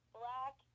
black